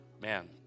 man